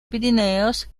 pirineos